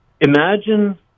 Imagine